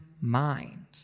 mind